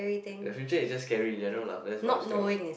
the future is just scary general lah that's what I'm scared of